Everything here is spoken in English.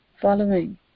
following